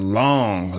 long